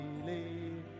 believe